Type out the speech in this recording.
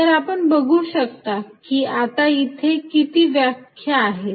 तर आपण बघू की आता इथे किती व्याख्या आहेत